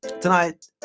tonight